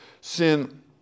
Sin